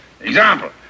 Example